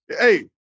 Hey